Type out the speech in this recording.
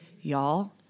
Y'all